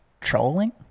trolling